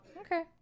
Okay